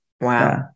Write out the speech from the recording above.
Wow